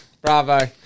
Bravo